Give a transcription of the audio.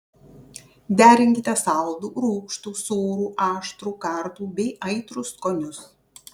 derinkite saldų rūgštų sūrų aštrų kartų bei aitrų skonius